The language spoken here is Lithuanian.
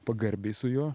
pagarbiai su juo